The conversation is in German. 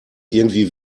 irgendwie